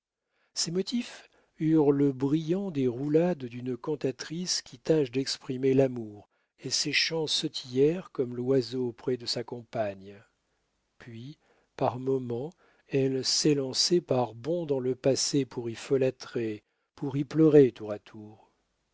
ses motifs eurent le brillant des roulades d'une cantatrice qui tâche d'exprimer l'amour et ses chants sautillèrent comme l'oiseau près de sa compagne puis par moments elle s'élançait par bonds dans le passé pour y folâtrer pour y pleurer tour à tour